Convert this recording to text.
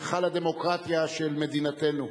היכל הדמוקרטיה של מדינתנו.